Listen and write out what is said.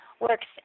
works